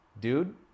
dude